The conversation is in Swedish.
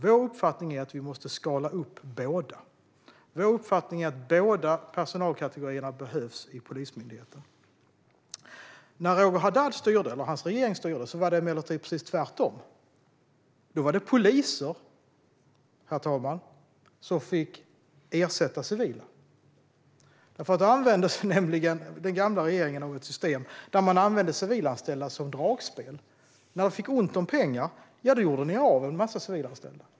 Vår uppfattning är att vi måste skala upp båda. Vår uppfattning är att båda personalkategorierna behövs i Polismyndigheten. När Roger Haddad styrde, eller hans regering styrde, var det emellertid precis tvärtom. Då var det poliser, herr talman, som fick ersätta civila. Den gamla regeringen använde sig nämligen av ett system där man använde civilanställda som dragspel. När ni fick ont om pengar gjorde ni er av med en massa civilanställda.